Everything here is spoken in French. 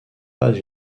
pas